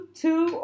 two